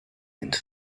into